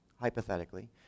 hypothetically